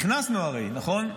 הרי נכנסנו, נכון?